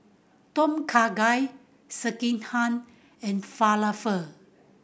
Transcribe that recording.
Tom Kha Gai Sekihan and Falafel